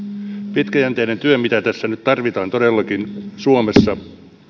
pitkäjänteinen työ mitä tässä nyt tarvitaan todellakin suomessa